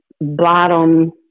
bottom